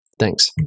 Thanks